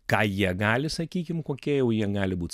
ką jie gali sakykim kokie jau jie gali būt